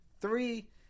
three